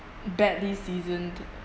badly seasoned